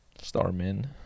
Starman